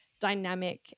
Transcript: dynamic